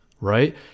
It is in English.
right